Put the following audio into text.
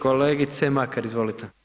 Kolegice Makar, izvolite.